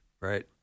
right